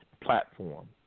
platform